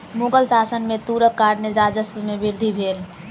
मुग़ल शासन में तूरक कारणेँ राजस्व में वृद्धि भेल